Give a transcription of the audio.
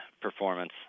performance